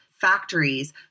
factories